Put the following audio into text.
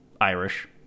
Irish